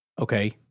okay